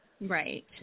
Right